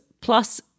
plus